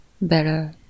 better